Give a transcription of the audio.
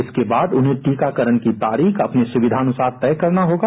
इसके बाद उन्हें टीकाकरण की तारीख अपनी सुवधा के अनुसार तय करना होगा